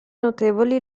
notevoli